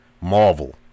Marvel